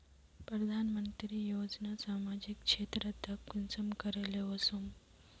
प्रधानमंत्री योजना सामाजिक क्षेत्र तक कुंसम करे ले वसुम?